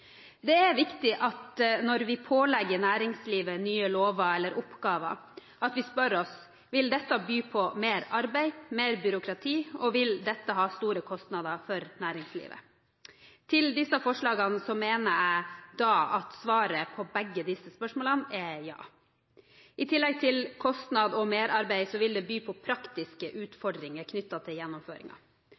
Det er viktig, når vi pålegger næringslivet nye lover eller oppgaver, at vi spør oss: Vil dette by på mer arbeid, mer byråkrati, og vil dette ha store kostnader for næringslivet? Når det gjelder disse forslagene, mener jeg at svaret på begge disse spørsmålene er ja. I tillegg til kostnad og merarbeid vil det by på praktiske utfordringer knyttet til